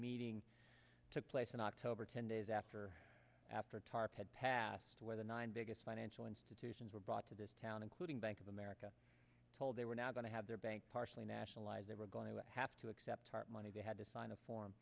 meeting took place in october ten days after after tarp had passed where the nine biggest financial institutions were brought to this town including bank of america told they were now going to have their bank partially nationalized they were going to have to accept money they had to sign a for